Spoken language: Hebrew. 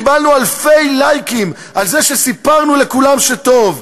קיבלנו אלפי לייקים על זה שסיפרנו לכולם שטוב,